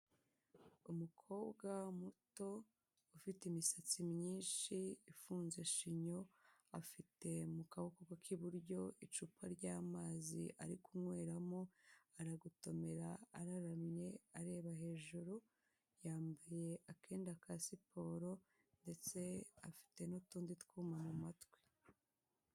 Umukobwa muto, ufite imisatsi myinshi ifunze shinyo, afite mu kaboko k'iburyo icupa ry'amazi ari kunyweramo, aragotomera araramye areba hejuru, yambaye akenda ka siporo, ndetse afite n'utundi twuma mu matwi.